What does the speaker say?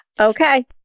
Okay